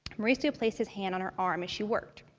mauricio placed his hand on her arm as she worked.